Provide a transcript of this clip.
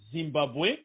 Zimbabwe